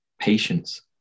patience